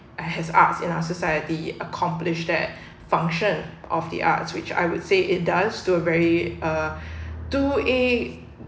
has arts in our society accomplished that function of the arts which I would say it does to a very uh to a